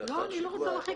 אני לא רוצה להרחיק,